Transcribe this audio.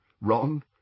Ron